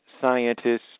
scientists